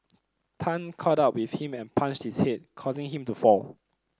Tan caught up with him and punched his head causing him to fall